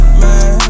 man